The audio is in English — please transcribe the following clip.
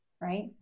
right